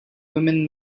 women